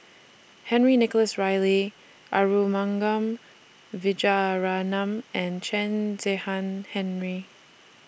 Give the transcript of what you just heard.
Henry Nicholas Ridley Arumugam Vijiaratnam and Chen Zehan Henri